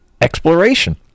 exploration